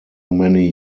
many